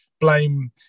blame